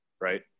Right